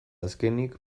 azkenik